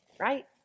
Right